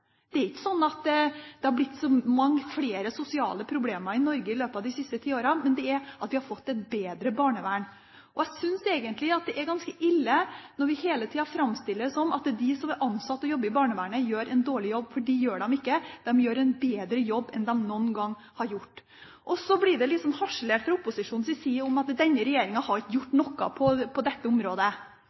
Det er ikke sånn at det har blitt så mange flere sosiale problemer i Norge i løpet av de siste ti årene, men vi har fått et bedre barnevern. Jeg synes egentlig det er ganske ille når det hele tiden framstilles som om de ansatte i barnevernet gjør en dårlig jobb. Det gjør de ikke. De gjør en bedre jobb enn de noen gang har gjort. Så blir det fra opposisjonens side harselert med at denne regjeringen ikke har gjort noe på dette området.